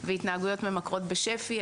והתנהגויות ממכרות בשפ"י,